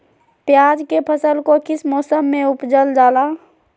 प्याज के फसल को किस मौसम में उपजल जाला?